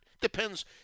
Depends